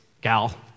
gal